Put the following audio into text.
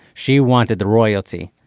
she wanted the royalty.